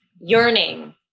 yearning